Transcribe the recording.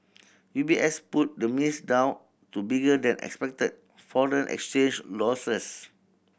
U B S put the miss down to bigger than expected foreign exchange losses